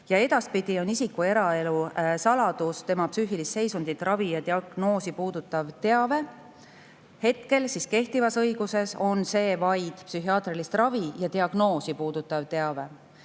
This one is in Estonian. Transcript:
Edaspidi on isiku eraelu saladus tema psüühilist seisundit, ravi ja diagnoosi puudutav teave. Kehtivas õiguses on see vaid psühhiaatrilist ravi ja diagnoosi puudutav teave